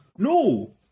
No